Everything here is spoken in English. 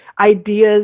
ideas